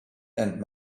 and